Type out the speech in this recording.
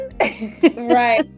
right